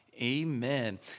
Amen